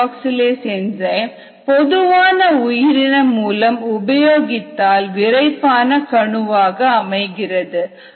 PEP carboxylase enzyme பொதுவான உயிரினம் மூலம் உபயோகித்தால் விரைப்பான கணுவாக அமைகிறது